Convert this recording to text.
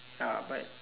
ya but